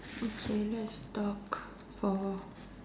okay let's talk for